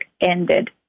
ended